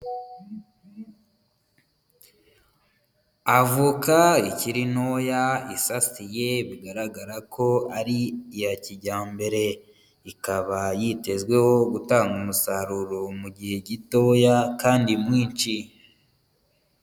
Avoka ikiri ntoya isasiye bigaragara ko ari iya kijyambere. Ikaba yitezweho gutanga umusaruro mu gihe gitoya, kandi mwinshi.